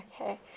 Okay